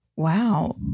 Wow